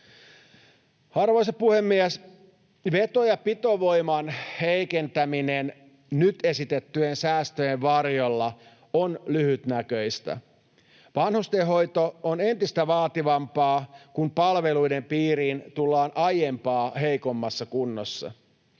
Arvoisa puhemies! Veto- ja pitovoiman heikentäminen nyt esitettyjen säästöjen varjolla on lyhytnäköistä. Vanhustenhoito on entistä vaativampaa, kun palveluiden piiriin tullaan aiempaa heikommassa kunnossa.